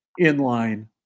inline